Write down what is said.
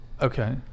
Okay